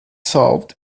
solved